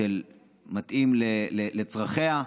שמתאים לצרכיה.